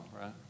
right